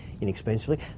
inexpensively